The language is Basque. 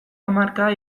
hamarkada